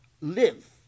live